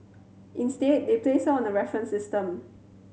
instead they placed her on a reference system